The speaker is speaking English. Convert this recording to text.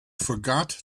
forgot